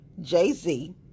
Jay-Z